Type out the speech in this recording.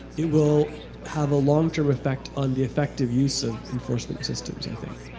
it will have a long-term effect on the effective use of enforcement systems i think.